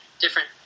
different